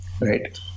right